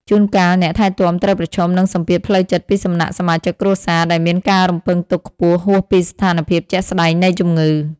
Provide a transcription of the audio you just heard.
ជួនកាល អ្នកថែទាំត្រូវប្រឈមនឹងសម្ពាធផ្លូវចិត្តពីសំណាក់សមាជិកគ្រួសារ ដែលមានការរំពឹងទុកខ្ពស់ហួសពីស្ថានភាពជាក់ស្តែងនៃជំងឺ។